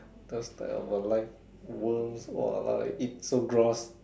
those type of a life worms !wah! like eat so gross